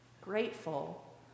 grateful